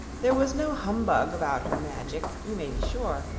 there was no humbug about her magic, you may be sure,